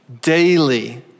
Daily